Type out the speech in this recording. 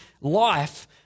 life